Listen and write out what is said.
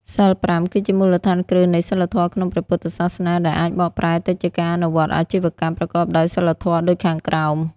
សីល៥ គឺជាមូលដ្ឋានគ្រឹះនៃសីលធម៌ក្នុងព្រះពុទ្ធសាសនា ដែលអាចបកប្រែទៅជាការអនុវត្តអាជីវកម្មប្រកបដោយសីលធម៌ដូចខាងក្រោម